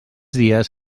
dies